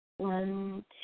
One